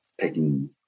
taking